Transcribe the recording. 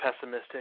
pessimistic